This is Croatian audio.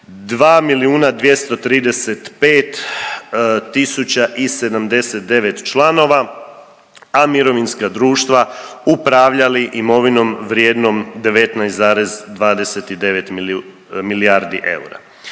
i 79 članova, a mirovinska upravljali imovinom vrijednom 19,29 milijardi eura.